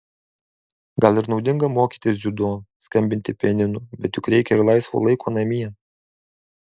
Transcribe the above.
gal ir naudinga mokytis dziudo skambinti pianinu bet juk reikia ir laisvo laiko namie